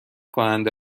کننده